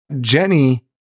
Jenny